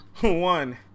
one